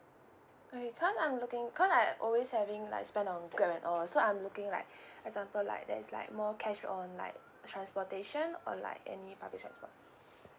I currently I'm looking cause I always having like spend on good and all so I'm looking like example like that is like more cash on like transportation or like any public transport